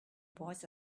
boys